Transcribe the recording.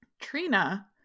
Trina